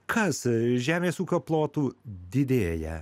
kas žemės ūkio plotų didėja